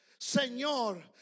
Señor